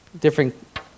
different